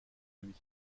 lui